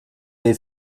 les